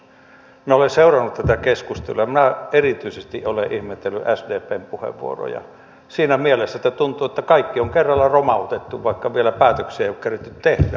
minä olen seurannut tätä keskustelua ja minä olen erityisesti ihmetellyt sdpn puheenvuoroja siinä mielessä että tuntuu että kaikki on kerralla romautettu vaikka vielä päätöksiä ei ole keretty tehdä